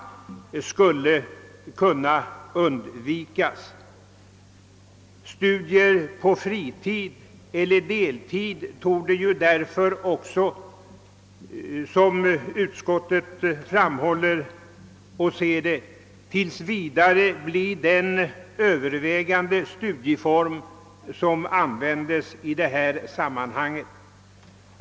Studier på fritid eller på deltid torde, såsom utskottet ser det, tills vidare komma att bli den studieform som kommer mest till användning i detta sammanhang.